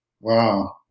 Wow